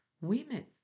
women